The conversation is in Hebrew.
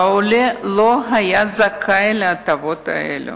והוא לא היה זכאי להטבות האלה.